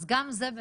אז גם זה בבקשה,